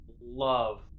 love